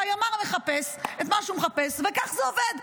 והימ"ר מחפש את מה שהוא מחפש, וכך זה עובד.